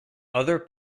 other